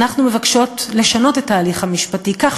אנחנו מבקשות לשנות את ההליך המשפטי כך